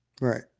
Right